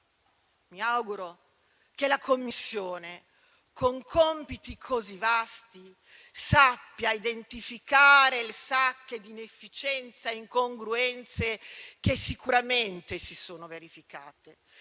Mi auguro che la Commissione, con compiti così vasti, sappia identificare le sacche di inefficienza e le incongruenze, che sicuramente si sono verificate,